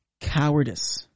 cowardice